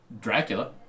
Dracula